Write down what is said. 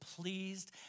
pleased